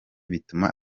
bituma